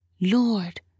Lord